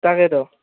তাকেত